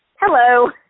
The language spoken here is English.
hello